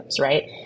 right